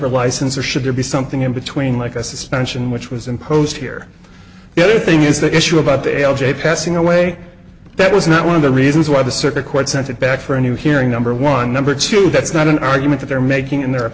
her license or should there be something in between like a suspension which was imposed here the other thing is the issue about the l j passing away that was not one of the reasons why the circuit court sent it back for a new hearing number one number two that's not an argument they're making in their